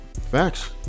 Facts